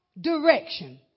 direction